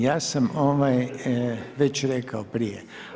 Ja sam već rekao prije.